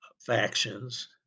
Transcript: factions